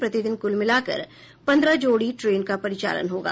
प्रतिदिन कुल मिलाकर पन्द्रह जोडी ट्रेन का परिचालन होगा